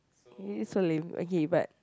it so lame okay but